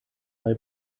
bei